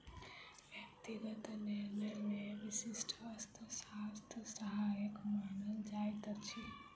व्यक्तिगत निर्णय मे व्यष्टि अर्थशास्त्र सहायक मानल जाइत अछि